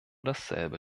dasselbe